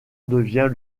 devient